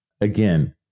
Again